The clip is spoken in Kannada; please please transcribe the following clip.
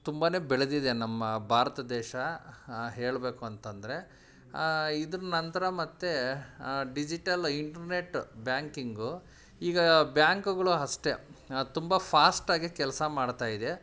ತುಂಬಾ ಬೆಳೆದಿದೆ ನಮ್ಮ ಭಾರತ ದೇಶ ಹೇಳಬೇಕು ಅಂತಂದರೆ ಇದರ ನಂತರ ಮತ್ತೆ ಡಿಜಿಟಲ್ ಇಂಟ್ರ್ನೆಟ್ ಬ್ಯಾಂಕಿಂಗು ಈಗ ಬ್ಯಾಂಕುಗಳು ಅಷ್ಟೆ ತುಂಬ ಫಾಸ್ಟಾಗಿ ಕೆಲಸ ಮಾಡ್ತಾ ಇದೆ